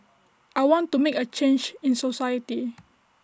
I want to make A change in society